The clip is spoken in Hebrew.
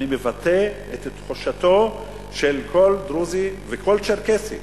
אני מבטא את כל תחושתו של כל דרוזי וכל צ'רקסי,